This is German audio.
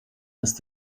ist